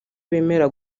bemera